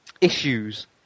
issues